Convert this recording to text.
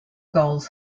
goals